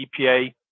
EPA